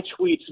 tweets